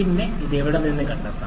പിന്നെ ഇത് എവിടെ കണ്ടെത്താം